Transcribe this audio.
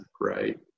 right